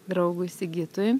draugui sigitui